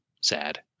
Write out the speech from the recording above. sad